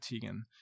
Tegan